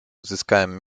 uzyskałem